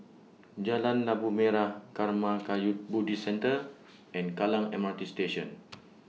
Jalan Labu Merah Karma Kagyud Buddhist Centre and Kallang M R T Station